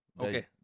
Okay